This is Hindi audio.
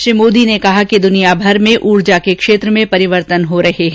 प्रधानमंत्री ने कहा कि दुनिया भर में ऊर्जा के क्षेत्र में परिवर्तन हो रहे हैं